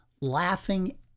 laughing